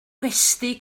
gwesty